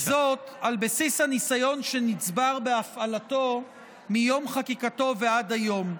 וזאת על בסיס הניסיון שנצבר בהפעלתו מיום חקיקתו ועד היום.